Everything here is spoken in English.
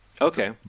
okay